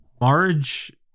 Marge